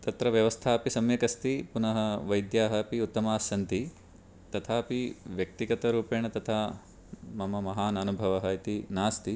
तत्र व्यवस्था अपि सम्यक् अस्ति पुनः वैद्याः अपि उत्तमाः सन्ति तथापि व्यक्तिगतरूपेण तथा मम महान् अनुभवः इति नास्ति